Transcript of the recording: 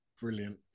Brilliant